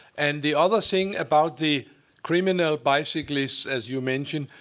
and the other thing about the criminal bicyclists as you mention